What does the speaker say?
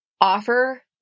offer